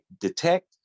detect